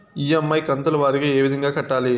EMI కంతుల వారీగా ఏ విధంగా కట్టాలి